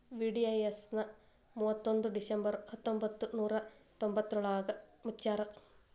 VDIS ನ ಮುವತ್ತೊಂದ್ December ಹತ್ತೊಂಬತ್ ನೂರಾ ತೊಂಬತ್ತಯೋಳ್ರಾಗ ಮುಚ್ಚ್ಯಾರ